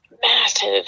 massive